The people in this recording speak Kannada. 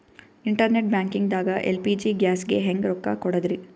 ಇಂಟರ್ನೆಟ್ ಬ್ಯಾಂಕಿಂಗ್ ದಾಗ ಎಲ್.ಪಿ.ಜಿ ಗ್ಯಾಸ್ಗೆ ಹೆಂಗ್ ರೊಕ್ಕ ಕೊಡದ್ರಿ?